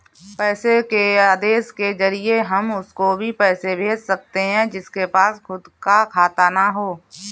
पैसे के आदेश के जरिए हम उसको भी पैसे भेज सकते है जिसके पास खुद का खाता ना हो